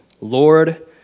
Lord